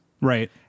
Right